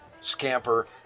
Scamper